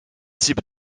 type